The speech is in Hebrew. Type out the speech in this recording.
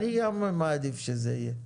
אני מעדיף שזה יהיה.